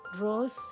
rose